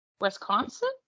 Wisconsin